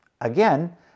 again